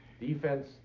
defense